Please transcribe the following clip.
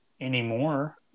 anymore